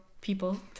people